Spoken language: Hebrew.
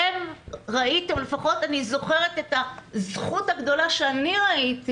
אני זוכרת את הזכות הגדולה שאני ראיתי